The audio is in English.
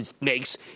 makes